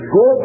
go